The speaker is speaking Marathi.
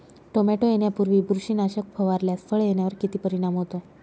टोमॅटो येण्यापूर्वी बुरशीनाशक फवारल्यास फळ येण्यावर किती परिणाम होतो?